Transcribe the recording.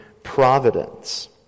providence